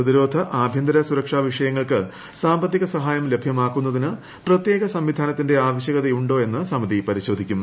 പ്രതിരോധ ആഭ്യ്ന്ത്രൂ സുരക്ഷാ വിഷയങ്ങൾക്ക് സാമ്പത്തിക സഹായം ലഭ്യമാക്കുന്നതിന് പ്രത്യേക സംവിധാനത്തിന്റെ ആവശ്യകതയുണ്ടോ എന്ന് സിമിതി പരിശോധിക്കും